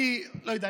אני לא יודע,